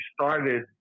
started